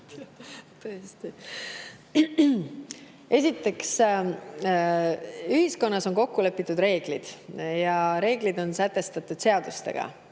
Esiteks, ühiskonnas on kokku lepitud reeglid, reeglid on sätestatud seadustega